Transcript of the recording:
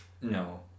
no